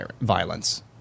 violence